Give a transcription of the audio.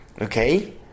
okay